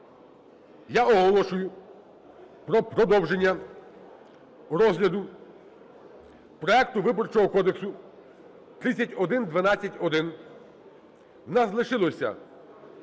я оголошую про продовження розгляду проекту Виборчого кодексу (3112-1).